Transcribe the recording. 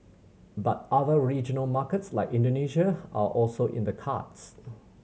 but other regional markets like Indonesia are also in the cards